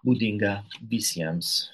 būdinga visiems